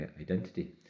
identity